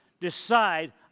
Decide